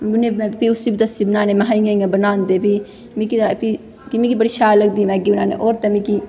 फ्ही उसी बी दस्सी बनाना महां इ'यां इ'यां बनांदे फ्ही मिगी ते फ्ही मिगी बड़ी शैल लगदी मैगी बनाना होर ते मिगी